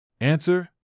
Answer